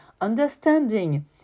understanding